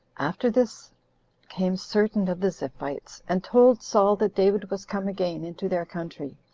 after this came certain of the ziphites, and told saul that david was come again into their country,